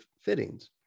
fittings